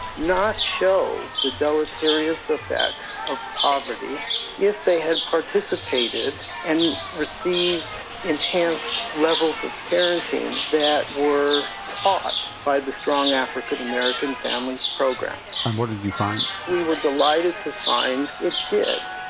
not show the deleterious effects of poverty if they had participated and received enhanced levels of parenting that were taught by the strong african american families program? and what did you find? we were delighted to find it did.